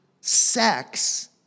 sex